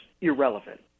irrelevant